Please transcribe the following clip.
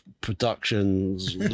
productions